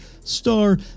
Star